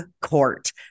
court